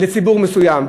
לציבור מסוים.